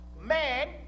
man